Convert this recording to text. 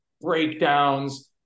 breakdowns